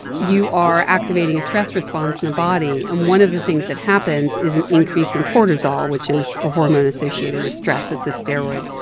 you are activating a stress response in the body. and one of the things that happens is an increase in cortisol, which is a hormone associated with stress. it's a steroid.